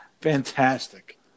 Fantastic